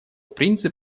принцип